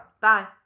Bye